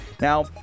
Now